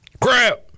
Crap